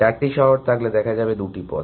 চারটি শহর থাকলে দেখা যাবে দুটি পথ